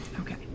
Okay